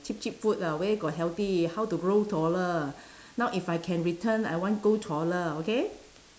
cheap cheap food ah where got healthy how to grow taller now if I can return I want grow taller okay